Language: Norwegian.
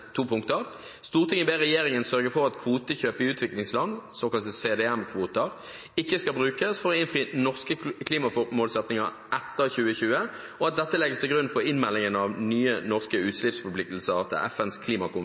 to punkter: «1. Stortinget ber regjeringen sørge for at kvotekjøp i utviklingsland ikke skal brukes for å innfri norske klimamålsettinger etter 2020, og at dette legges til grunn for innmeldingen av nye norske utslippsforpliktelser til FNs